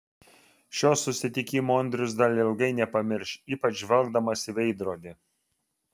šio susitikimo andrius dar ilgai nepamirš ypač žvelgdamas į veidrodį